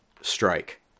strike